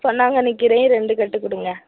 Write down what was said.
பொன்னாங்கன்னி கீரையும் ரெண்டு கட்டு கொடுங்க